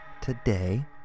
today